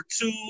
two